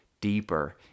deeper